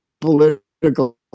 political